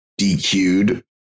DQ'd